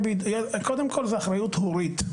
קודם כל זה אחריות הורית.